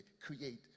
create